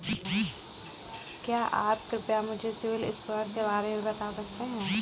क्या आप कृपया मुझे सिबिल स्कोर के बारे में बता सकते हैं?